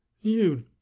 You